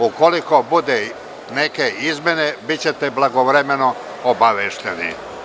Ukoliko bude nekih izmena, bićete blagovremeno obavešteni.